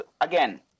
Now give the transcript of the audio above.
again